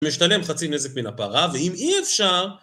משתלם חצי נזק מן הפרה, ואם אי אפשר...